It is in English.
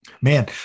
Man